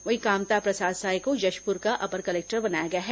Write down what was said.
वहीं कामता प्रसाद साय को जशप्र का अपर कलेक्टर बनाया गया है